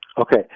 Okay